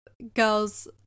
girls